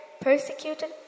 persecuted